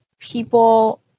people